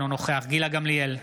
אינו נוכח גילה גמליאל,